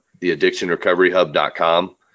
theaddictionrecoveryhub.com